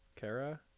kara